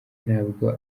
ntabwo